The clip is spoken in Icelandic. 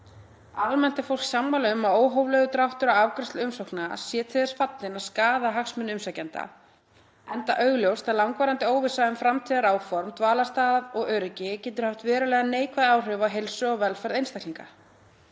Almennt er fólk sammála um að óhóflegur dráttur á afgreiðslu umsókna sé til þess fallinn að skaða hagsmuni umsækjenda enda augljóst að langvarandi óvissa um framtíðaráform, dvalarstað og öryggi getur haft verulega neikvæð áhrif á heilsu og velferð einstaklinga.